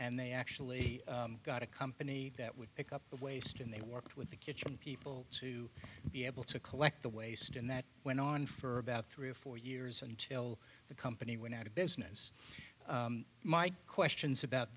and they actually got a company that would pick up the waste and they worked with the kitchen people to be able to collect the waste and that went on for about three or four years until the company went out of business my questions about